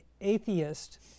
atheist